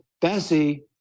Bessie